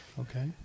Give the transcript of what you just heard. Okay